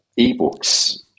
ebooks